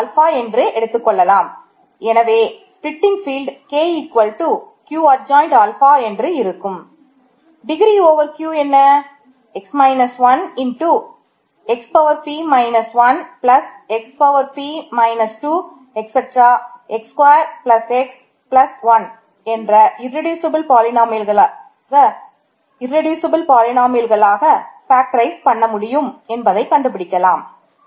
இது e power பண்ண முடியும் என்பதை கண்டுபிடிக்கலாம்